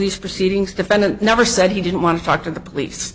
these proceedings defendant never said he didn't want to talk to the police